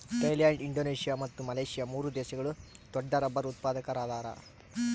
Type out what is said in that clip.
Thailand Indonesia ಮತ್ತು Malaysia ಮೂರು ದೇಶಗಳು ದೊಡ್ಡರಬ್ಬರ್ ಉತ್ಪಾದಕರದಾರ